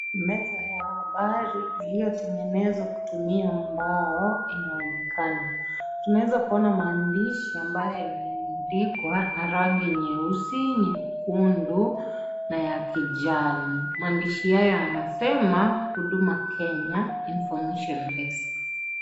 Meza ya habari iliyotengenezwa kutumia mbao inaonekana. Tunaweza kuona maandishi ambayo yameandikwa na rangi nyeusi, nyekundu na ya kijani. Maandishi haya yanasema Huduma Kenya information desk .